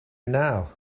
now